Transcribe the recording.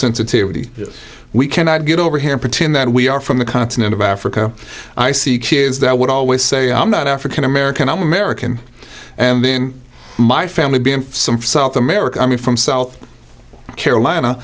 sensitivity we cannot get over here pretend that we are from the continent of africa i see kids that would always say i'm not african american i'm american and in my family being some from south america i mean from south carolina